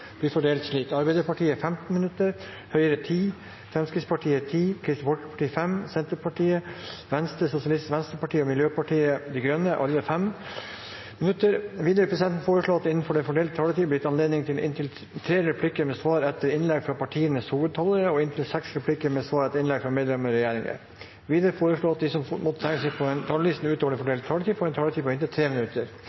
blir fordelt slik: Arbeiderpartiet 15 minutter, Høyre 10 minutter, Fremskrittspartiet 10 minutter, Kristelig Folkeparti 10 minutter, Senterpartiet 5 minutter, Sosialistisk Venstreparti 5 minutter og Miljøpartiet De Grønne 5 minutter. Videre vil presidenten foreslå at det – innenfor den fordelte taletid – blir gitt anledning til inntil tre replikker med svar etter innlegg fra partienes hovedtalere og inntil seks replikker med svar etter innlegg fra medlemmer av regjeringen. Videre foreslås det at de som måtte tegne seg på talerlisten utover den